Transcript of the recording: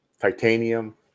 Titanium